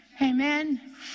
Amen